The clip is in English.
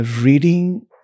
reading